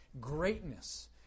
greatness